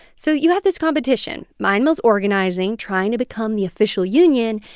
so you have this competition. mine mill's organizing, trying to become the official union,